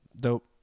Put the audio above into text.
Dope